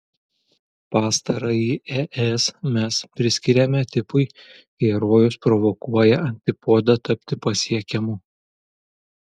pastarąjį es mes priskiriame tipui herojus provokuoja antipodą tapti pasiekiamu